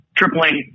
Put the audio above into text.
tripling